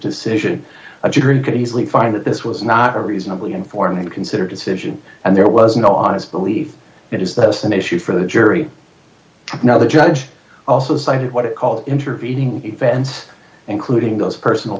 decision a drink could easily find that this was not a reasonably informed considered decision and there was no honest belief it is that is an issue for the jury now the judge also cited what it called intervening event including those personal